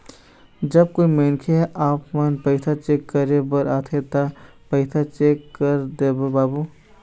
जब कोई मनखे आपमन पैसा चेक करे बर आथे ता पैसा चेक कर देबो बाबू?